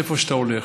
איפה שאתה הולך,